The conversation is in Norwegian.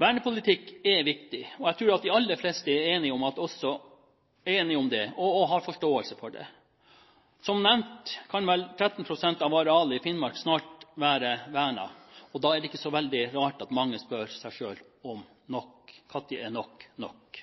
Vernepolitikk er viktig, og jeg tror at de aller fleste er enige om det og har forståelse for det. Som nevnt kan vel 13 pst. av arealet i Finnmark snart være vernet, og da er det ikke så veldig rart at mange spør seg selv om når nok er nok.